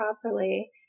properly